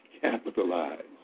Capitalize